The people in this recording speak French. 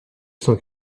son